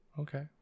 Okay